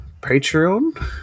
Patreon